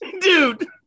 dude